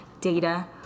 Data